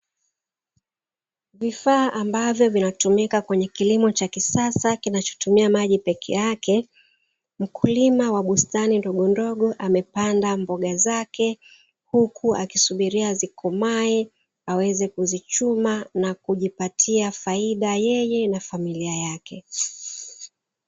Vifaa ambavyo vinatumika kwenye kilimo cha kisasa kinachotumia maji peke yake, mkulima wa bustani ndogondogo amepanda mboga zake huku akisubiria zikomae aweze kuzichuma na kujipatia faida yeye na familia yake.